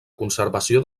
conservació